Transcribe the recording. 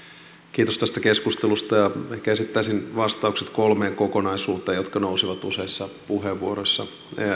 kiitos tästä keskustelusta ehkä esittäisin vastaukset kolmeen kokonaisuuteen jotka nousivat useissa puheenvuoroissa